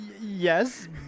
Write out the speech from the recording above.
Yes